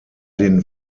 den